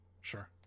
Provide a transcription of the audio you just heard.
Sure